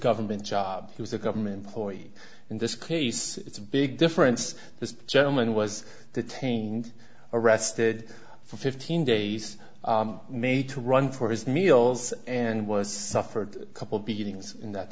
government job he was a government employee in this case it's a big difference this gentleman was detained arrested for fifteen days made to run for his meals and was suffered a couple beatings in that